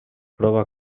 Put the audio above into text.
prova